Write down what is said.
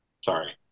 Sorry